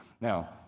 Now